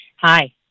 Hi